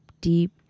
deep